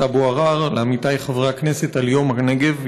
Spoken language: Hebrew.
אבו עראר ולעמיתיי חברי הכנסת על יום הנגב,